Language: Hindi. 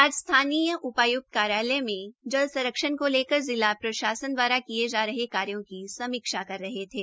आज स्थानीय उपाय्क्त कार्यालय में जल संरक्षण को लेकर जिला प्रशासन द्वारा किए जा रहे कार्यों की समीक्षा कर रहे थे